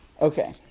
Okay